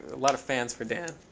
a lot of fans for dan.